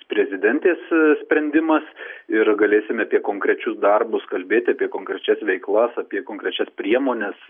prezidentės sprendimas ir galėsime apie konkrečius darbus kalbėti apie konkrečias veiklas apie konkrečias priemones